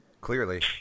Clearly